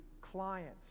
clients